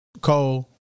Cole